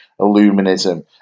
Illuminism